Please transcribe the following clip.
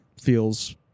feels